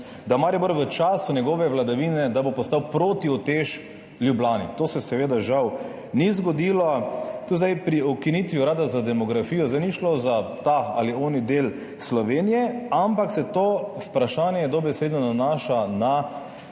da bo Maribor v času njegove vladavine postal protiutež Ljubljani. To se seveda žal ni zgodilo. Pri ukinitvi Urada za demografijo zdaj ni šlo za ta ali oni del Slovenije, ampak se to vprašanje dobesedno nanaša na,